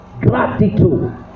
gratitude